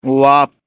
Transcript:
wow